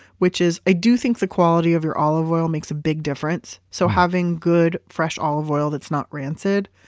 which is i do think the quality of your olive oil makes a big difference. so having good fresh olive oil that's not rancid.